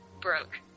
broke